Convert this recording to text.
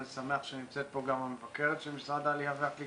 אני שמח שנמצאת פה גם המבקרת של משרד העלייה והקליטה,